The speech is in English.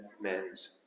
men's